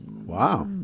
Wow